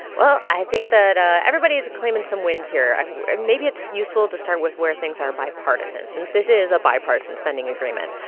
well, i think that everybody's claiming some wins here. maybe it's useful to start with where things are bipartisan since this is a bipartisan spending agreement.